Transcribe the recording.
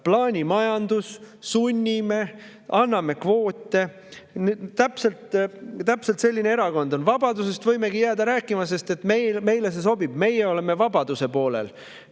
Plaanimajandus, sunnime, anname kvoote. Täpselt selline erakond on. Vabadusest võimegi jääda rääkima, meile see sobib, meie oleme vabaduse poolel.